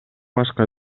башка